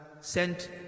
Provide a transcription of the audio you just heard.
sent